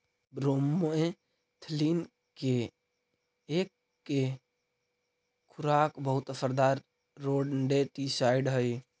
bromethalin के एके खुराक बहुत असरदार रोडेंटिसाइड हई